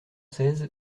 seize